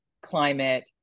climate